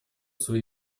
свои